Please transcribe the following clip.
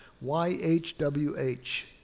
Y-H-W-H